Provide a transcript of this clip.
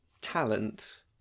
talent